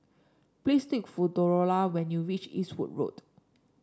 please take for Delora when you reach Eastwood Road